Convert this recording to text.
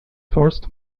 first